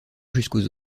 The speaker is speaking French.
jusqu’aux